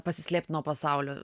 pasislėpti nuo pasaulio